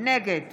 נגד